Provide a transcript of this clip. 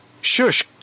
Shush